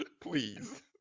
Please